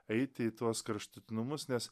eiti į tuos kraštutinumus nes